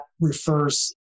refers